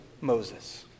Moses